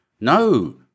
No